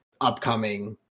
upcoming